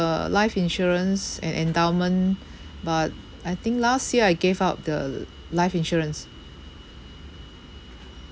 uh life insurance and endowment but I think last year I gave up the l~ life insurance